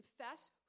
confess